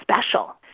special